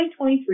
2023